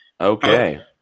Okay